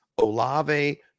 Olave